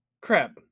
crap